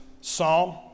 psalm